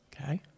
Okay